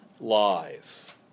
lies